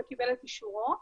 וקיבל את אישורו,